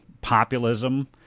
populism